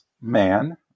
man